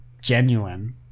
genuine